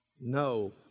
no